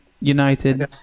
United